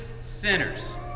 sinners